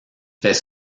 fait